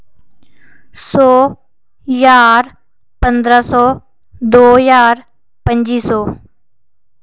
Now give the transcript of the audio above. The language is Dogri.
सौ ज्हार पंदरां' सौ दौ ज्हार पं'जी सौ